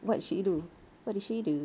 what she do what did she do